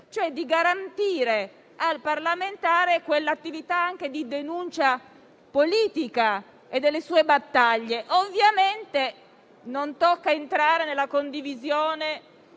di garantire al parlamentare l'attività di denuncia politica e le sue battaglie. Ovviamente non tocca entrare nella condivisione